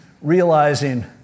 realizing